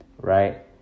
Right